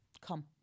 Come